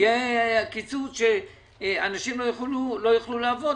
יהיה קיצוץ שאנשים לא יוכלו לעבוד,